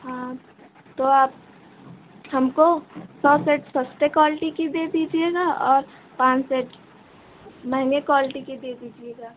हाँ तो आप हमको सौ सेट सस्ती क्वालिटी की दे दीजिएगा और पाँच सेट महँगी क्वालिटी की दे दीजिएगा